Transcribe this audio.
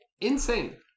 Insane